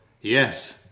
Yes